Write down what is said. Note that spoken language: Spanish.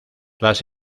las